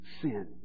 sin